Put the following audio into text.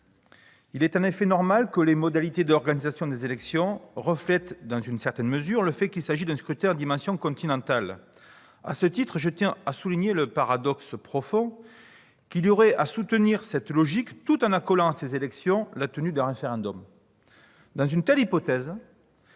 Il est en effet normal que les modalités d'organisation des élections européennes reflètent dans une certaine mesure le fait qu'il s'agit d'un scrutin à dimension continentale. À cet égard, je tiens à souligner le profond paradoxe qu'il y aurait à soutenir cette logique tout en accolant à ces élections la tenue d'un référendum. Dans une telle hypothèse,